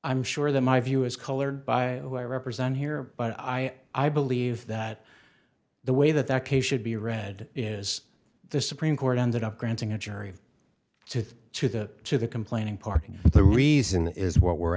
i'm sure that my view is colored by what i represent here but i i believe that the way that that case should be read is the supreme court ended up granting a jury to to the to the complaining park and the reason is what we're